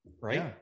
right